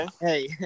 Hey